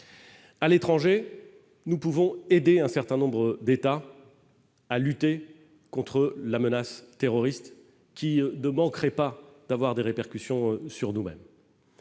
à l'étranger, nous pouvons aider un certain nombre d'États à lutter contre la menace terroriste qui de manquerait pas d'avoir des répercussions sur nous-mêmes.